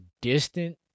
distant